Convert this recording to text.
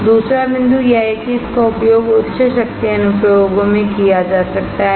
दूसरा बिंदु यह है कि इसका उपयोग उच्च शक्ति अनुप्रयोगों में किया जा सकता है